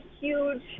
huge